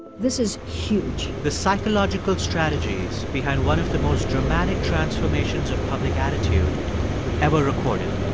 this is huge. the psychological strategies behind one of the most dramatic transformations of public attitude ever recorded.